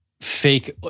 fake